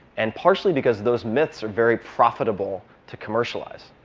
and partially because those myths are very profitable to commercialize.